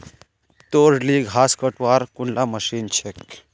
तोर ली घास कटवार कुनला मशीन छेक